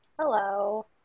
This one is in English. Hello